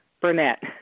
Burnett